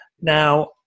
Now